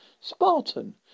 Spartan